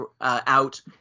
out